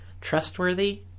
trustworthy